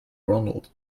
ronald